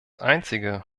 einzige